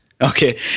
Okay